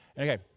Okay